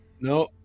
No